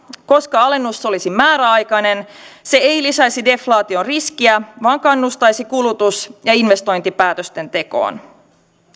koska alennus olisi määräaikainen se ei lisäisi deflaation riskiä vaan kannustaisi kulutus ja investointipäätösten tekoon